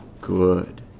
good